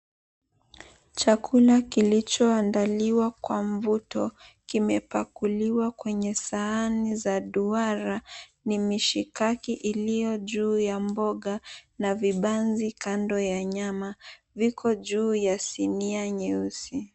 Chakula kilicho andaliwa kwa mvuto kimepakuliwa kwenye sahani za duara, ni mishikaki iliyo juu ya mboga na vibanzi kando ya nyama viko juu ya sinia nyeusi.